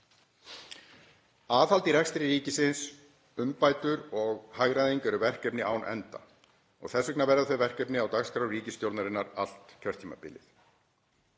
Aðhald í rekstri ríkisins, umbætur og hagræðing eru verkefni án enda. Þess vegna verða þau verkefni á dagskrá ríkisstjórnarinnar allt kjörtímabilið.